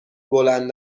بلند